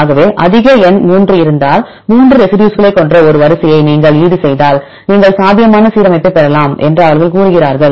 ஆகவே அதிக எண் 3 இருந்தால் 3 ரெசி டியூஸ்க்களைக் கொண்ட ஒரு வரிசையை நீங்கள் ஈடுசெய்தால் நீங்கள் சாத்தியமான சீரமைப்பைப் பெறலாம் என்று அவர்கள் கூறுகிறார்கள்